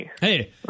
Hey